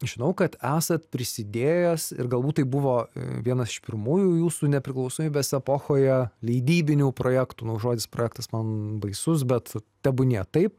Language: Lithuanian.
žinau kad esat prisidėjęs ir galbūt tai buvo vienas iš pirmųjų jūsų nepriklausomybės epochoje leidybinių projektų nors žodis projektas man baisus bet tebūnie taip